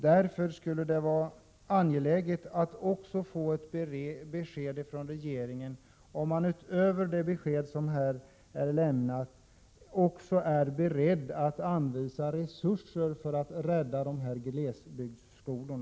Det skulle vara angeläget att få ett besked från regeringen, om man, utöver det besked som nu har lämnats, är beredd att anvisa resurser för att rädda dessa glesbygdsskolor.